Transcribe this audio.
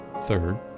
third